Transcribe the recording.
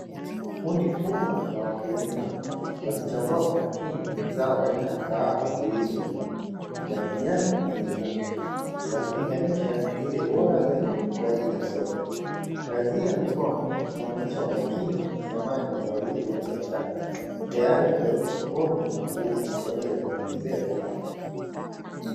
Kundi kubwa la wakulima wakichambua kwa makini zao aina la kahawa zilizoiva za kijani na nyekundu, wakitenganisha zile bora zaidi kwa ajili ya soko. Kazi hii ya mikono inaonyesha umakini wa dhamani ya zao hili la biashara tayari kupeleka sokoni na kuuza kwa ajili ya kujiongezea kipato.